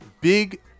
big